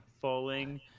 falling